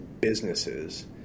businesses